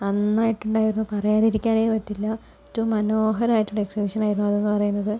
നന്നായിട്ടുണ്ടായിരുന്നു പറയാതിരിക്കാനേ പറ്റില്ല ഏറ്റവും മനോഹരമായിട്ടുള്ള എക്സിബിഷനായിരുന്നു അതെന്ന് പറയുന്നത്